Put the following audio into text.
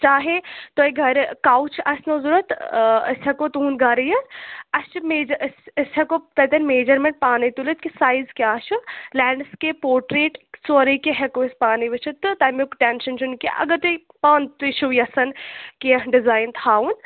چاہیے تۄہہِ گَرٕ قوٕچ آسنیوضوٚرَتھ أسۍ ہٮ۪کو تُہنٛد گَرٕ یِتھ اَسہ چھِ میجر أسۍ أسۍ ہٮ۪کو تَتٮ۪ن میجرمٮ۪نٹ پانے تُلِتھ کہِ سایز کیٛاہ چھُ لینٛڈ سِکے پوٹریٹ سورُے کیٚنٛہہ ہٮ۪کو أسۍ پانے وٕچتھ تہٕ تَمیُک ٹٮ۪نشن چھُنہٕ کیٚنٛہہ اگر تۄہہِ پانہٕ تہِ چھُو یَژھان کیٚنٛہہ ڈِزین تھاوُن